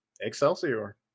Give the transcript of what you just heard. Excelsior